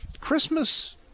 Christmas